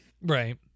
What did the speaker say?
Right